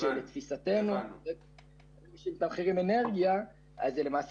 לתפיסתנו אם מתמחרים את האנרגיה אז זה למעשה